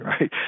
right